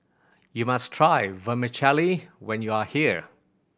you must try Vermicelli when you are here